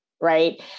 right